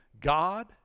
God